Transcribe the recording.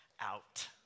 out